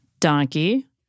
Donkey